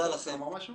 תודה לכם.